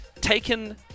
taken